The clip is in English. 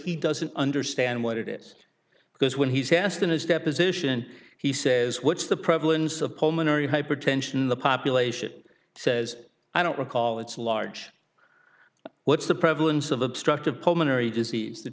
he doesn't understand what it is because when he asked in his deposition he says what's the prevalence of pulmonary hypertension in the population says i don't recall it's a large what's the prevalence of obstructive pulmonary disease th